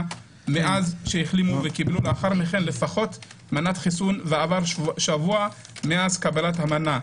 מאז שהחלימו וקיבלו לאחר מכן לפחות מנת חיסון ועבר שבוע מאז קבלת המנה.